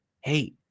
Hey